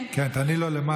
כן, תעני לו למטה.